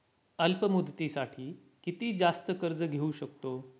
अल्प मुदतीसाठी किती जास्त कर्ज घेऊ शकतो?